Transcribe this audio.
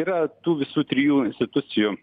yra tų visų trijų institucijų